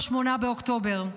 ב-8 באוקטובר,